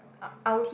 I I would